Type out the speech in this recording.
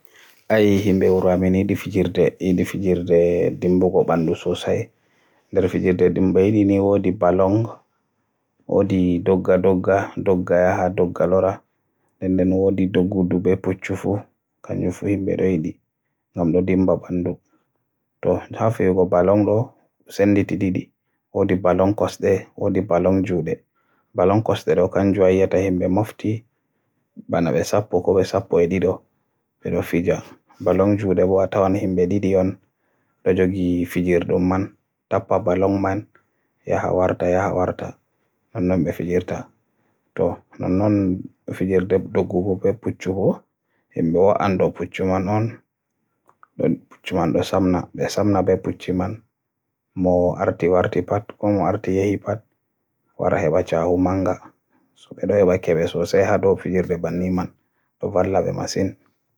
Laataaki leydi Naajeeriya nder leyɗe ɓurduɗe ɗuuɗal yimɓe, non pijooji maɓɓe ko pijooji ɗuuɗɗi. E ɓe ngaɗa bana fijo latuki ball- balon walla mbi'en fuku no woɓɓe mbi'irta-ka. Nden woodi bana durwooɓe, woodi bana balon juuɗe e balon koyɗe ngu mi haali naane. Woodi fijo durwo ngu woɓɓe anndiri boxing. Woodi nguu ngu ngaɗirteengu- ngu Hawsa'en ngaɗata walla mi wi'a gaɗeteengu to Woyla Naajeeriya, Dammbe wonɗon ko anndiraa English wrestling. Nden woodi bana pijooji ni juur. ɗi ɗon waɗiree woodi bana waɗirooɓe - doggirooɓe maasinnji, doggirooɓe mootaaji, doggirooɓe keekeeji. Fuu e limtiree nder pijooji ngaɗeteeɗi hannde-jaango to leydi Naajeeriya.